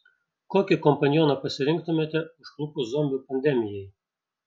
kokį kompanioną pasirinktumėte užklupus zombių pandemijai